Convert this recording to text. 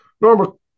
normal